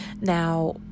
Now